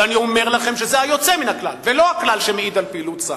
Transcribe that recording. ואני אומר לכם שזה היוצא מן הכלל ולא הכלל שמעיד על פעילות צה"ל,